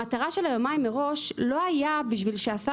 המטרה של יומיים מראש לא הייתה כדי שהשר